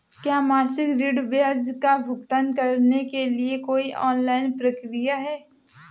क्या मासिक ऋण ब्याज का भुगतान करने के लिए कोई ऑनलाइन प्रक्रिया है?